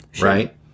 right